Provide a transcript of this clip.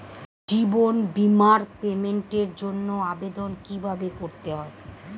জীবন বীমার পেমেন্টের জন্য আবেদন কিভাবে করতে হয়?